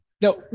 Now